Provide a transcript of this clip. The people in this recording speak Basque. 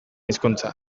hizkuntza